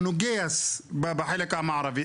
הוא נוגס בחלק המערבי.